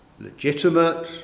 legitimate